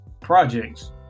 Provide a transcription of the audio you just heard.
projects